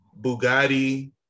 Bugatti